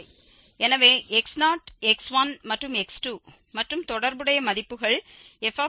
எனவே x0 x1 மற்றும் x2 மற்றும் தொடர்புடைய மதிப்புகள் f f மற்றும் f